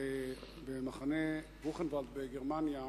במחנה בוכנוואלד בגרמניה